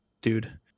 dude